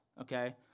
Okay